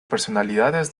personalidades